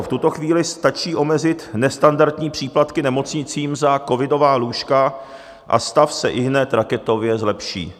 V tuto chvíli stačí omezit nestandardní příplatky nemocnicím za covidová lůžka a stav se ihned raketově zlepší.